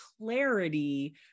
clarity